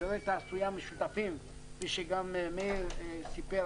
אזורי תעשייה משותפים כפי שגם מאיר כהן סיפר